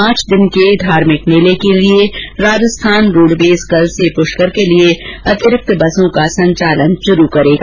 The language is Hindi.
पांच दिन के धार्मिक मेले के लिए राजस्थान रोडवेज कल से पुष्कर के लिए अतिरिक्त बसों का संचालन शुरू करेगा